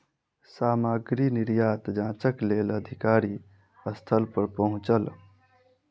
सामग्री निर्यात जांचक लेल अधिकारी स्थल पर पहुँचल